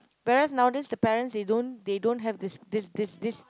parents nowadays the parents they don't they don't have this this this this